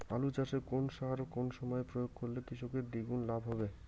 আলু চাষে কোন সার কোন সময়ে প্রয়োগ করলে কৃষকের দ্বিগুণ লাভ হবে?